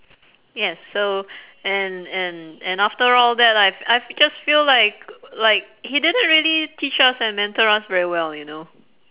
yes so and and and after all that I've I've just feel like like he didn't really teach us and mentor us very well you know